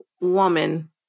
woman